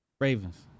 Ravens